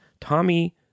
Tommy